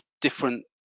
different